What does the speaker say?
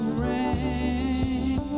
rain